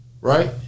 right